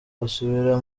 basubira